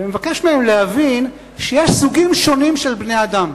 ומבקש מהם להבין שיש סוגים שונים של בני-אדם.